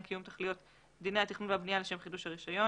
קיום תכליות דיני התכנון והבנייה לשם חידוש הרישיון.